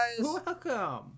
Welcome